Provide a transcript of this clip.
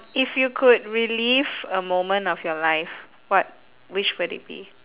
if you could relive a moment of your life what which would it be